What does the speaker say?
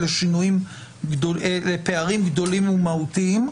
אלה פערים גדולים ומהותיים.